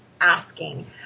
asking